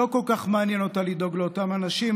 לא כל כך מעניין אותה לדאוג לאותם אנשים.